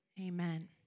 Amen